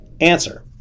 Answer